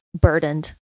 burdened